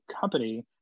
company